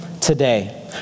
today